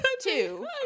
Two